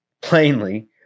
plainly